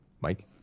Mike